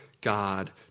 God